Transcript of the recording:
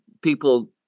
people